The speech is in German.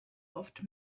oft